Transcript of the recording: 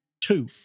Two